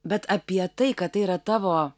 bet apie tai kad tai yra tavo